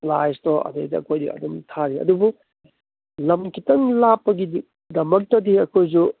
ꯄ꯭ꯔꯥꯏꯁꯇꯣ ꯑꯗꯩꯗ ꯑꯩꯈꯣꯏꯗꯤ ꯑꯗꯨꯝ ꯊꯥꯔꯤ ꯑꯗꯨꯕꯨ ꯂꯝ ꯈꯤꯇꯪ ꯂꯥꯞꯄꯒꯤꯗꯃꯛꯇꯗꯤ ꯑꯩꯈꯣꯏꯁꯨ